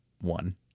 one